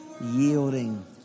Yielding